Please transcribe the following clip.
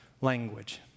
language